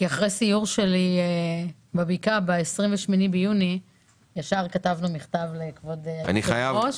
כי אחרי סיור שלי בבקעה ב-28 ביוני ישר כתבנו מכתב לכבוד היושב-ראש,